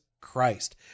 Christ